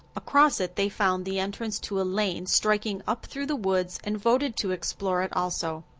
across it they found the entrance to a lane striking up through the woods and voted to explore it also.